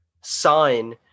sign